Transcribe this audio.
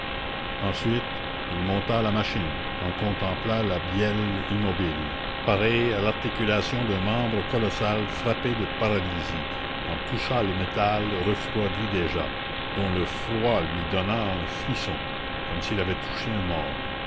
ensuite il monta à la machine en contempla la bielle immobile pareille à l'articulation d'un membre colossal frappé de paralysie en toucha le métal refroidi déjà dont le froid lui donna un frisson comme s'il avait touché un mort